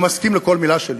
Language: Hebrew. והוא מסכים לכל מילה שלי.